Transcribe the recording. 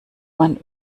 man